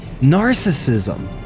narcissism